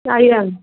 ଆଜ୍ଞା